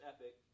Epic